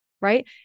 right